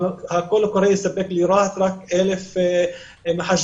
אבל הקול הקורא יספק לרהט רק 1,000 מחשבים.